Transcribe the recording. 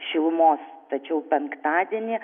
šilumos tačiau penktadienį